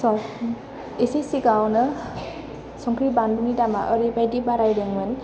एसे सिगाङावनो संख्रि बानलुनि दामा ओरैबायदि बारायदोंमोन